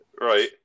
Right